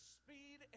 speed